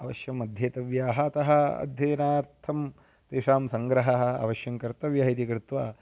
अवश्यम् अध्येतव्याः अतः अध्ययनार्थं तेषां सङ्ग्रहः अवश्यं कर्तव्यः इति कृत्वा